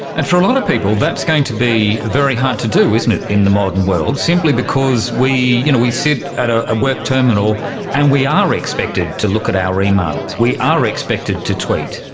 and for a lot of people that's going to be very hard to do, isn't it, in the modern world, simply because we you know we sit at ah a work terminal and we are expected to look at our emails, we are expected to tweet.